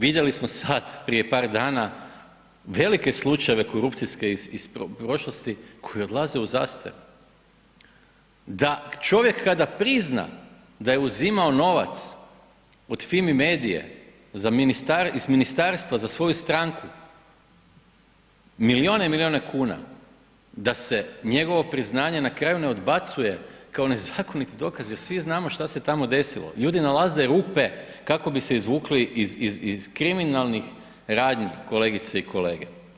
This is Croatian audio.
Vidjeli smo sad prije par dana velike slučajeve korupcijske iz prošlosti koji odlaze u zastaru, da čovjek kada prizna da je uzimao novac od Fimi medije iz ministarstva za svoju stranku milijune i milijune kuna, da se njegovo priznanje na kraju ne odbacuje kao nezakonit dokaz jer svi znamo šta se tamo desilo, ljudi nalaze rupe kako bi se izvukli iz kriminalnih radnji, kolegice i kolege.